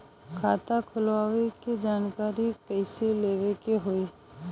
खाता खोलवावे के जानकारी कैसे लेवे के होई?